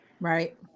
Right